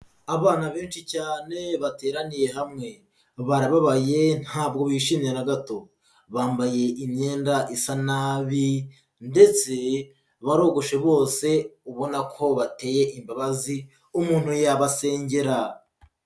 Abana benshi cyane bateraniye hamwe, barababaye ntabwo bishimira na gato, bambaye imyenda isa nabi ndetse barogoshe bose ubona ko bateye imbabazi umuntu yabasengera.